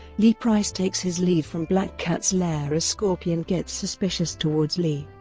lee price takes his leave from black cat's lair as scorpion gets suspicious towards lee.